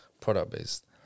product-based